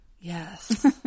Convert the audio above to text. Yes